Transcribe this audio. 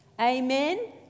Amen